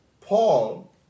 Paul